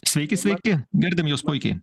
sveiki sveiki girdim jus puikiai